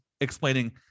explaining